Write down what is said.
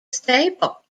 stable